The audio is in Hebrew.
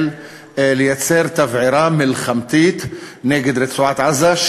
לייצר תבערה מלחמתית נגד רצועת-עזה,